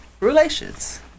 relations